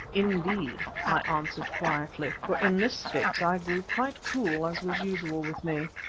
indeed, i answered quietly, for in this fix i grew quite cool as was usual with me.